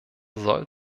soll